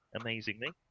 amazingly